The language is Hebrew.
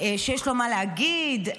-- ויש לו מה להגיד,